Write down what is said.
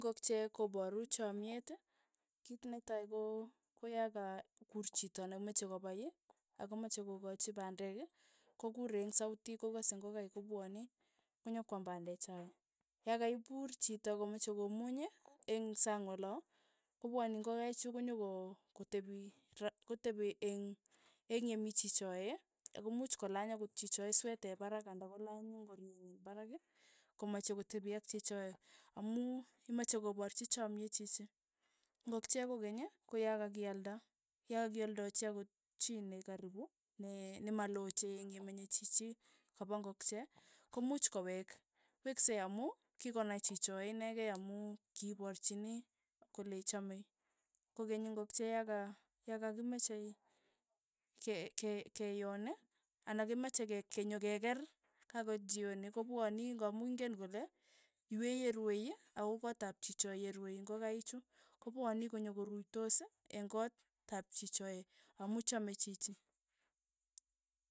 Ngok'chee koparu chomyeet, kiit netai ko ya ka kuur chito nemeche kopai akomache koakachi panek, kokure ng sauti kokase ingokai kopwani, konyikwam pande chae, yakaipur chito komeche komuny eng' sang oloo, kopwani ngokaichu konyoko kotepi ra kotepi eng' eng' ye mii chichoe, ako muuch kolany chichoe swete parak anda kolany ingorienyi parak, komache kotepi ak chichoe, amu imache koparchi chamie chichi, ngokchee kokeny koyakakialda, yakialdachi chi nekaribu ne- ne maloche eng' yemenye chichi kapa ng'okche, komuch koweek, wekse amu kikonae chicho inekei amu kiporchini kole chame, kokeny ingokche ya ka yakakimechei ke- ke- ke yoon ana kimache ke- ke- kenyokekeer kakoeek chioni kopwani amu ingen kole iweyerue ako koot ap chicho yerue ingokaichu, kopwani konyokoruitos eng' koot ap chichoe, amu chame chichi.